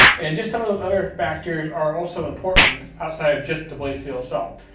and just some of those other factors are also important outside of just the blade's steel so